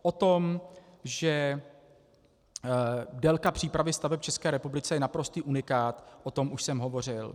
O tom, že délka přípravy staveb v České republice je naprostý unikát, o tom už jsem hovořil.